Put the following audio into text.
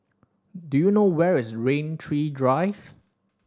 do you know where is Rain Tree Drive